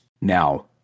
Now